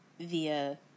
via